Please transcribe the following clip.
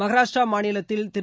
மகாராஷ்டிரா மாநிலத்தில் திரு